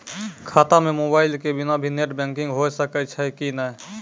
खाता म मोबाइल के बिना भी नेट बैंकिग होय सकैय छै कि नै?